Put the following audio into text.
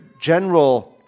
general